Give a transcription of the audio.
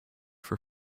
for